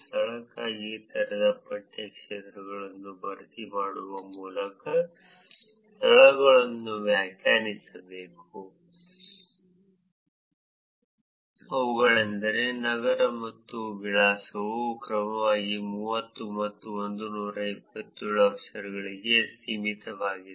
ಸ್ಥಳಕ್ಕಾಗಿ ತೆರೆದ ಪಠ್ಯ ಕ್ಷೇತ್ರಗಳನ್ನು ಭರ್ತಿ ಮಾಡುವ ಮೂಲಕ ಸ್ಥಳವನ್ನು ವ್ಯಾಖ್ಯಾನಿಸಬೇಕು ಅವುಗಳೆಂದರೆ ನಗರ ಮತ್ತು ವಿಳಾಸವು ಕ್ರಮವಾಗಿ 30 ಮತ್ತು 127 ಅಕ್ಷರಗಳಿಗೆ ಸೀಮಿತವಾಗಿದೆ